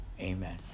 amen